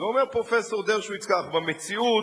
ואומר פרופסור דרשוביץ כך: במציאות